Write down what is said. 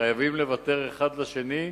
חייבים לוותר אחד לשני,